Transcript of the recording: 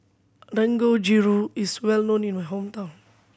dangojiru is well known in my hometown